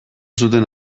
zuten